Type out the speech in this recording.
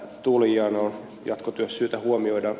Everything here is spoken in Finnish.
ne on jatkotyössä syytä huomioida